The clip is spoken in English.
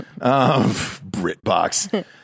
BritBox